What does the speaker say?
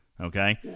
Okay